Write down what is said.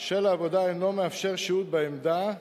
של העבודה אינו מאפשר שהות בעמדה,